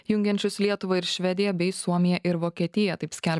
jungiančius lietuvą ir švediją bei suomiją ir vokietiją taip skelbia